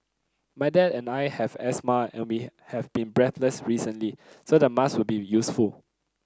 my dad and I have asthma and we have been breathless recently so the mask will be useful